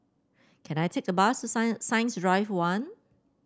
can I take the bus Science Drive One